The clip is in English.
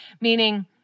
meaning